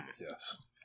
Yes